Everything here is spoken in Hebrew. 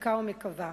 מחכה ומקווה.